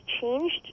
changed